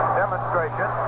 demonstration